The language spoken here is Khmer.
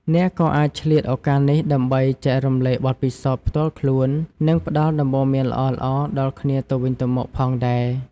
អ្នកក៏អាចឆ្លៀតឱកាសនេះដើម្បីចែករំលែកបទពិសោធន៍ផ្ទាល់ខ្លួននិងផ្តល់ដំបូន្មានល្អៗដល់គ្នាទៅវិញទៅមកផងដែរ។